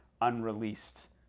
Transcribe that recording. unreleased